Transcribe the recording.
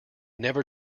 never